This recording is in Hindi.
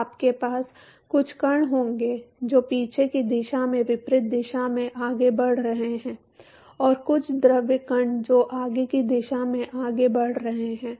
तो आपके पास कुछ कण होंगे जो पीछे की दिशा में विपरीत दिशा में आगे बढ़ रहे हैं और कुछ द्रव कण जो आगे की दिशा में आगे बढ़ रहे हैं